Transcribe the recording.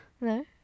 No